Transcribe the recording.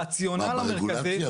ברגולציה?